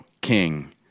king